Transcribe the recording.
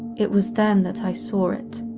it was then that i saw it.